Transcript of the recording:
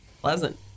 pleasant